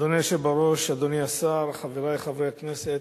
אדוני היושב בראש, אדוני השר, חברי חברי הכנסת,